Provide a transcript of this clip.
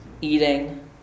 eating